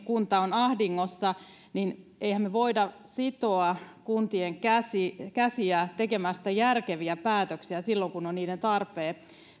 kunta on ahdingossa niin emmehän me voi sitoa kuntien käsiä tekemästä järkeviä päätöksiä silloin kun on niiden